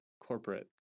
corporate